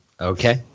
Okay